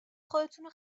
خودتونو